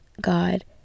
god